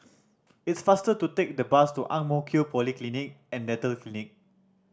it's faster to take the bus to Ang Mo Kio Polyclinic and Dental Clinic